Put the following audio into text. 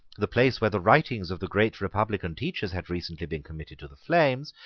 the place where the writings of the great republican teachers had recently been committed to the flames,